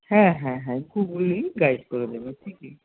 হ্যাঁ হ্যাঁ হ্যাঁ উনিই গাইড করে দেবে ঠিকই